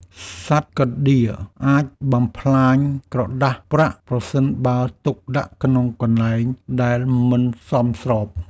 សត្វកណ្តៀរអាចបំផ្លាញក្រដាសប្រាក់ ប្រសិនបើទុកដាក់ក្នុងកន្លែងដែលមិនសមស្រប។